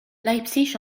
leipzig